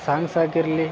ಸಾಂಗ್ಸಾಗಿರಲಿ